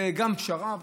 גם זו פשרה,